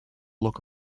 look